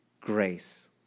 grace